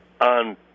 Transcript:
on